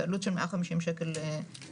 בעלות של 150 שקל לטיפול.